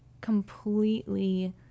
completely